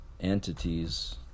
entities